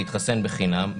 להתחסן בחינם,